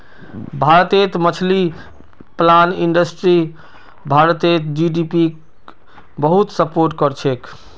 भारतेर मछली पालन इंडस्ट्री भारतेर जीडीपीक बहुत सपोर्ट करछेक